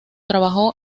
trabajó